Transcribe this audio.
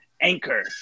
Anchor